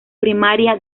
primaria